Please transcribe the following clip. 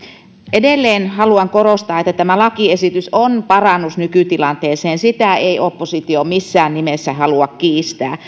edelleen haluan korostaa että tämä lakiesitys on parannus nykytilanteeseen sitä ei oppositio missään nimessä halua kiistää